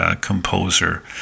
composer